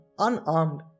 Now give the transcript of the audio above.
unarmed